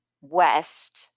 west